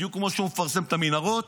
בדיוק כמו שהוא מפרסם את המנהרות